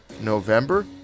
November